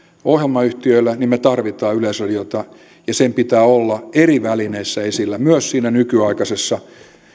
ohjelmayhtiöille niin me tarvitsemme yleisradiota ja sen pitää olla eri välineissä esillä myös siinä nykyaikaisessa